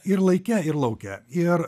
ir laike ir lauke ir